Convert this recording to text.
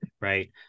right